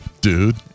Dude